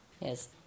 Yes